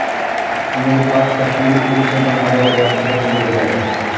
मेरे पास कश्मीरी ऊन से बना हुआ बहुत सुंदर शॉल है